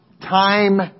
time